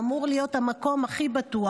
ואמור להיות המקום הכי בטוח.